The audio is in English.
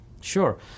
Sure